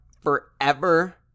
forever